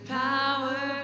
power